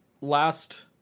last